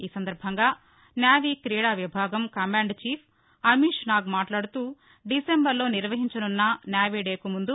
ఈ సంధర్భంగా నేవీ క్రీడా విభాగం కమాండ్ చీఫ్ అమిష్ నాగ్ మాట్లాడుతూ డిసెంబర్లో నిర్వహించనున్న నేవీ డే కు ముందు